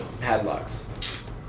padlocks